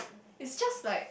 it's just like